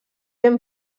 ben